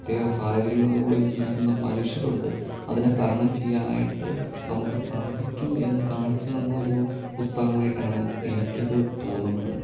പ്രത്യേക സാഹചര്യങ്ങളിലൂടെയും ജീവിക്കുന്ന മനുഷ്യർ ഉണ്ട് അതിനെ തരണം ചെയ്യാനായിട്ട് നമുക്ക് സാധിക്കും എന്ന് കാണിച്ചു തന്ന ഒരു പുസ്തകമായിട്ടാണ് എനിക്കത് തോന്നുന്നത്